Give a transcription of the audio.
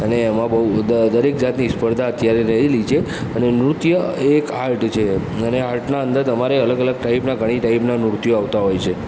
અને એમાં બહુ દ દરેક જાતની સ્પર્ધા અત્યારે રહેલી છે અને નૃત્ય એ એક આર્ટ છે અને આર્ટના અંદર તમારે અલગ અલગ ટાઇપનાં ઘણી ટાઇપનાં નૃત્યો આવતાં હોય છે